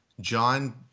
John